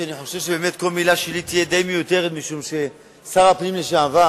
אני חושב שבאמת כל מלה שלי תהיה די מיותרת משום ששר הפנים לשעבר,